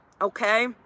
Okay